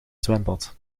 zwembad